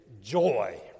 joy